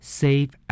save